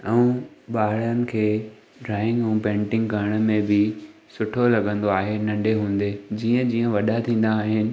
ऐं ॿारनि खे ड्राइंग ऐं पेंटिंग करण में बि सुठो लॻंदो आहे नंढे हूंदे जीअं जीअं वॾा थींदा आहिनि